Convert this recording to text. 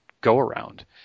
go-around